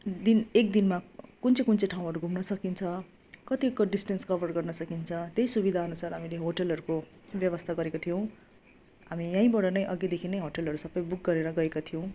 दिन एक दिनमा कुन चाहिँ कुन चाहिँ ठाउँहरू घुम्न सकिन्छ कतिको डिसटेन्स कभर गर्न सकिन्छ त्यही सुविधा अनुसार हामीले होटेलहरूको व्यवस्था गरेका थियौँ हामी यहीँबाट नै अघि देखि नै होटेलहरू सबै बुक गरेेर गएका थियौँ